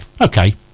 okay